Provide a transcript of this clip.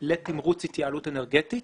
לתמרוץ התייעלות אנרגטית.